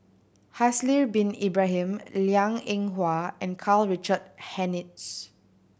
Haslir Bin Ibrahim Liang Eng Hwa and Karl Richard Hanitsch